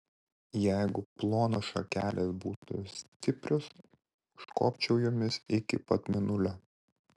jeigu plonos šakelės būtų stiprios užkopčiau jomis iki pat mėnulio